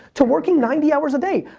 to working ninety hours a day.